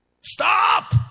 stop